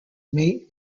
mate